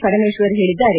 ಪರಮೇಶ್ವರ್ ಹೇಳಿದ್ದಾರೆ